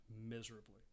Miserably